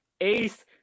Ace